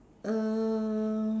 uh